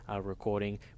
recording